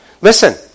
listen